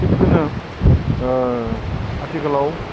थिग बिदिनो ओ आथिखालाव